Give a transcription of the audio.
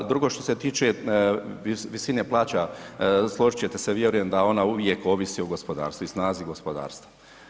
A drugo što se tiče visine plaća složiti ćete se vjerujem da ona uvijek ovisi o gospodarstvu i snazi gospodarstva.